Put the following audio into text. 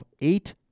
eight